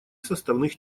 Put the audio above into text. составных